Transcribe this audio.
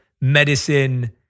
medicine